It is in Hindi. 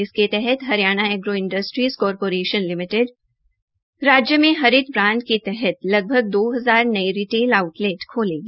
इसके तहत एग्रो इंस्ट्रीज कारपोरेशन लिमिटेड राज्य में हरित ब्रांड के तहत लगभग दो हजार रिटेल आउटलेट खालेगा